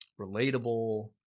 relatable